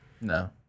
No